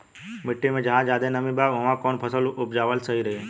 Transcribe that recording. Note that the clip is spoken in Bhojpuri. मिट्टी मे जहा जादे नमी बा उहवा कौन फसल उपजावल सही रही?